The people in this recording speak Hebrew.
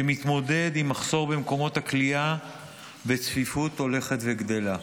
שמתמודד עם מחסור במקומות הכליאה וצפיפות הולכת וגדלה.